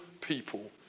people